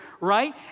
right